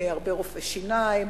הרבה רופאי שיניים,